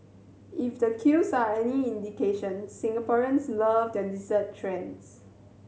if the queues are any indication Singaporeans love their dessert trends